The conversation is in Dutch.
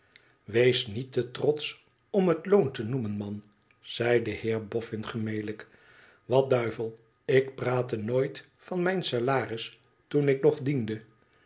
wees niet te trotsch om het loon te noemen man zei de heerboffin gemelijk wat duivel ik praatte nooit van mijn salaris toen ik nog diende